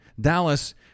Dallas